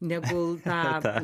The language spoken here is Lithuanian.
negul tą